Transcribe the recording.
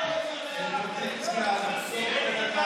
ברורה ובלתי נסתרת,